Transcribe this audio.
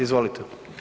Izvolite.